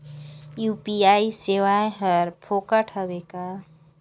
UPI सेवाएं हर फोकट हवय का?